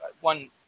one